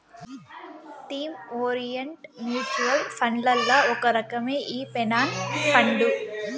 theme orient mutual ఫండ్లల్ల ఒక రకమే ఈ పెన్సన్ ఫండు